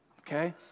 Okay